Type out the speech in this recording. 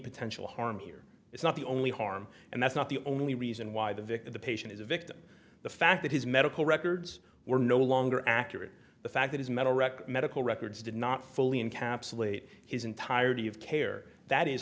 potential harm here it's not the only harm and that's not the only reason why the victim the patient is a victim the fact that his medical records were no longer accurate the fact that as mental wreck medical records did not fully encapsulate his entirety of care that is